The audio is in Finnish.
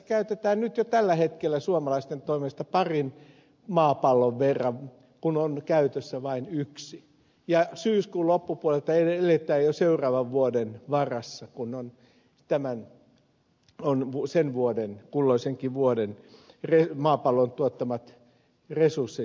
tässä kulutetaan jo tällä hetkellä suomalaisten toimesta parin maapallon verran kun on käytössä vain yksi ja syyskuun loppupuolelta eletään jo seuraavan vuoden varassa kun on sen kulloisenkin vuoden maapallon tuottamat resurssit käytetty